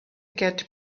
get